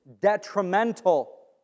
detrimental